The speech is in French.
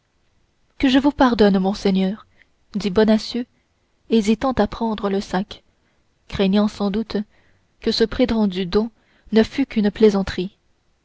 que je vous pardonne monseigneur dit bonacieux hésitant à prendre le sac craignant sans doute que ce prétendu don ne fût qu'une plaisanterie